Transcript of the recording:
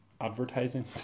advertising